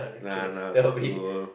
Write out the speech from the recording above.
nah nah school